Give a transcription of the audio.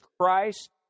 Christ